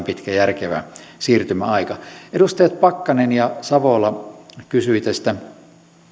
pitkä ja järkevä siirtymäaika edustajat pakkanen ja savola kysyivät tästä